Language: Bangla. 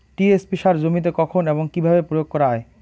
টি.এস.পি সার জমিতে কখন এবং কিভাবে প্রয়োগ করা য়ায়?